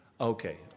okay